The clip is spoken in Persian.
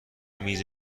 میز